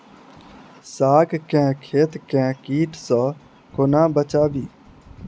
साग केँ खेत केँ कीट सऽ कोना बचाबी?